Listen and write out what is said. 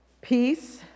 peace